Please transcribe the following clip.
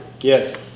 Yes